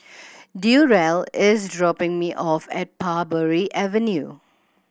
Durrell is dropping me off at Parbury Avenue